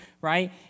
Right